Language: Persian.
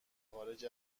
خارج